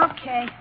Okay